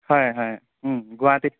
হয় হয় গুৱাহাটীত